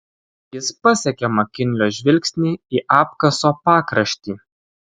jis pasekė makinlio žvilgsnį į apkaso pakraštį